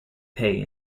pay